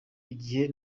igihe